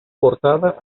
cortada